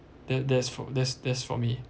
that that's that's that's for me